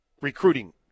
recruiting